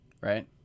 right